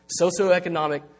socioeconomic